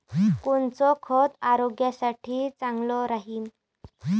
कोनचं खत आरोग्यासाठी चांगलं राहीन?